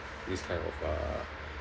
this kind of uh